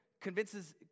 convinces